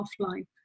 offline